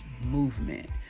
movement